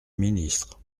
ministre